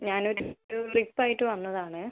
ഞാൻ ഒരു ട്രിപ്പ് ആയിട്ട് വന്നത് ആണ്